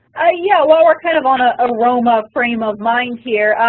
ah yeah, while we're kind of on a ah roma frame of mind here,